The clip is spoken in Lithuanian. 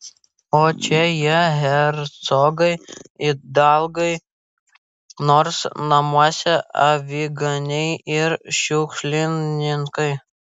o čia jie hercogai idalgai nors namuose aviganiai ir šiukšlininkai